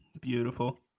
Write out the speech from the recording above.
Beautiful